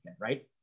right